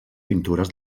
pintures